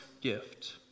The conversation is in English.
gift